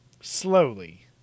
Slowly